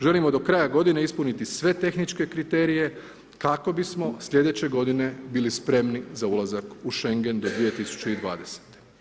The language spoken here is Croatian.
Želimo do kraja godine ispuniti sve tehničke kriterije kako bismo sljedeće godine bili spremni za ulazak u Šengen do 2020.